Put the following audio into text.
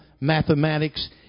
mathematics